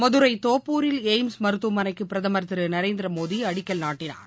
மதுரை தோப்பூரில் எய்ம்ஸ் மருத்துவமளைக்கு பிரதமா் திரு நரேந்திரமோடி அடிக்கல் நாட்டினார்